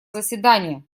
заседания